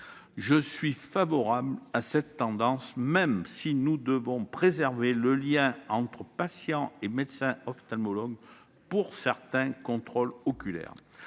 Je suis favorable à cette tendance, tout en estimant nécessaire de préserver le lien entre patients et médecins ophtalmologues pour certains contrôles oculaires.